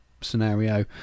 scenario